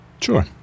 Sure